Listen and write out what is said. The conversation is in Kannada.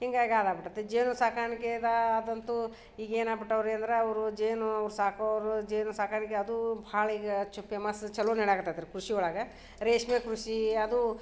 ಹೀಗಾಗಿ ಹಾಳಾಗ್ಬಿಟ್ಟೈತೆ ಜೀವನ ಸಾಕಾಣಿಕೆ ಆದಂತು ಈಗ ಏನಾಗಿ ಬಿಟ್ಟವ ರೀ ಅಂದ್ರೆ ಅವರು ಜೇನೂ ಅವ್ರು ಸಾಕವ್ರು ಜೇನು ಸಾಕಾಣಿಕೆ ಅದೂ ಭಾಳ ಈಗ ಹೆಚ್ಚು ಪೇಮಸ್ ಚಲೋ ನಡೆಯಾಕ್ಕತ್ತೈತಿ ರೀ ಖುಷಿ ಒಳಗೆ ರೇಷ್ಮೆ ಕೃಷಿ ಅದು